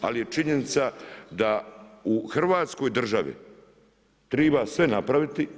Ali je činjenica da u Hrvatskoj državi treba sve napraviti.